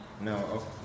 No